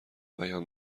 بیان